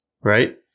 right